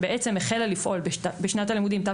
שהחלה לפעול בשנת הלימודים הנוכחית,